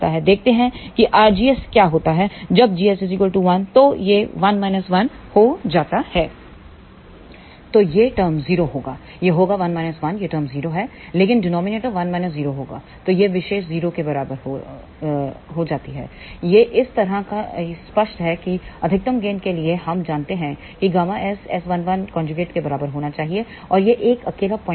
देखते हैं कि rgsक्या होता है जब gs 1 तो यह 1 1हो जाता है तो यह टर्म 0 होगा यह होगा 1 1 यह टर्म 0 है लेकिन डिनॉमिनेटर 1 0 होगा तोयह विशेष चीज 0 के बराबर हो जाती है यह इस तरह का स्पष्ट है कि अधिकतम गेन के लिए हम जानते हैं कि Γs S11 के बराबर होना चाहिए और यह एक अकेला पॉइंट होगा